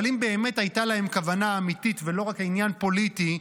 אבל אם באמת הייתה להם כוונה אמיתית ולא רק עניין פוליטי,